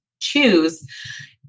choose